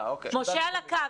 משה על הקו.